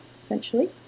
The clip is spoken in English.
essentially